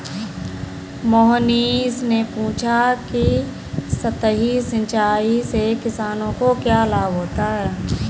मोहनीश ने पूछा कि सतही सिंचाई से किसानों को क्या लाभ होता है?